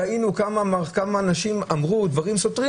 וראינו כמה אנשים אמרו דברים סותרים